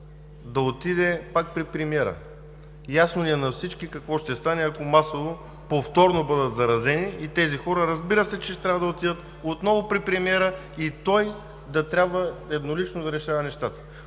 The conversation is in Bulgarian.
да отиде пак при премиера – ясно Ви е на всички какво ще стане, ако масово, повторно бъдат заразени и тези хора, разбира се, че отново ще трябва да отидат при премиера, и той да трябва еднолично да решава нещата.